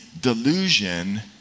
delusion